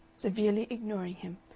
severely ignoring him,